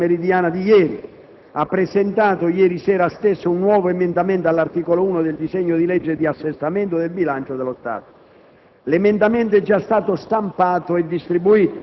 Il Governo, come preannunciato nella seduta pomeridiana di ieri, ha presentato ieri sera stessa un nuovo emendamento all'articolo 1 del disegno di legge di assestamento del bilancio dello Stato.